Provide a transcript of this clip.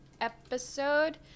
episode